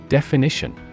Definition